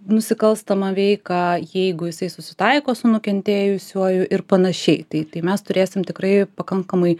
nusikalstamą veiką jeigu jisai susitaiko su nukentėjusiuoju ir panašiai tai tai mes turėsim tikrai pakankamai